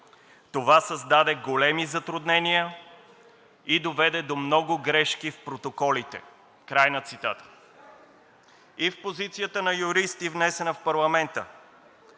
Това създаде големи затруднения и доведе до много грешки в протоколите.“ И в позицията на юристи, внесена в парламента